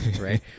right